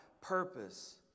purpose